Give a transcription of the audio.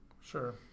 Sure